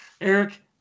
Eric